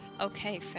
Okay